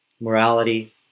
morality